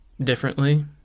differently